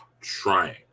trying